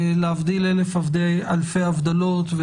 להבדיל אלף אלפי הבדלות,